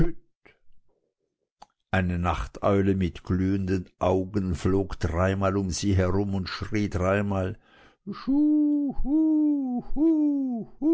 eine nachteule mit glühenden augen flog dreimal um sie herum und schrie dreimal